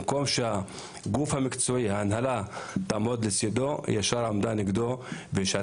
במקום שהגוף המקצועי וההנהלה תעמוד לצידו הם השעו אותו.